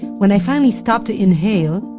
when i finally stopped to inhale,